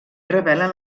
revelen